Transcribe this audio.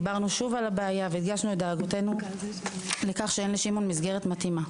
דיברנו שוב על הבעיה והדגשנו את דאגתנו מכך שאין לו מסגרת מתאימה.